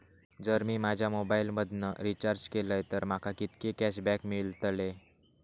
जर मी माझ्या मोबाईल मधन रिचार्ज केलय तर माका कितके कॅशबॅक मेळतले?